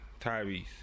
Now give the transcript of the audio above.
Tyrese